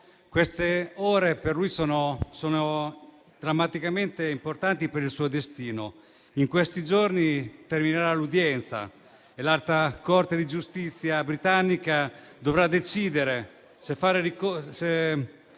Queste ore sono drammaticamente importanti per il suo destino. In questi giorni terminerà l'udienza e l'Alta corte di giustizia britannica dovrà decidere sul ricorso